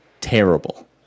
terrible